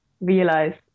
realize